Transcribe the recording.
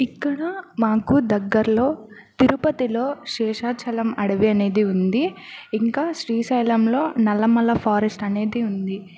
ఇక్కడ మాకు దగ్గరలో తిరుపతిలో శేషాచలం అడవి అనేది ఉంది ఇంకా శ్రీశైలంలో నల్లమల ఫారెస్ట్ అనేది ఉంది